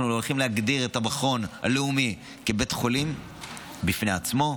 אנחנו הולכים להגדיר את המכון הלאומי כבית חולים בפני עצמו,